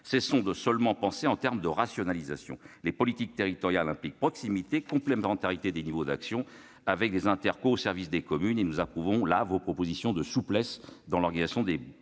cessons de penser seulement en termes de rationalisation. Les politiques territoriales impliquent proximité, complémentarité des niveaux d'action, avec des intercommunalités au service des communes. Nous approuvons à cet égard vos propositions pour plus de souplesse dans l'organisation des